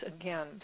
again